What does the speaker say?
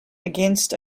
against